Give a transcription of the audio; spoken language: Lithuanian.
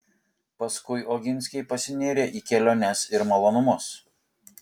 paskui oginskiai pasinėrė į keliones ir malonumus